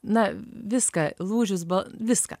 na viską lūžis buvo viską